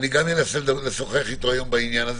אני גם אנסה לשוחח אתו היום בעניין.